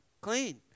Clean